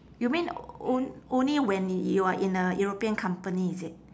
you mean on~ only when you are in a european company is it